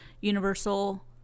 Universal